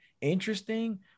interesting